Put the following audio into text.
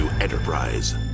enterprise